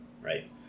right